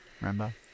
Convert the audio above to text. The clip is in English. remember